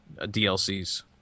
DLCs